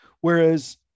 Whereas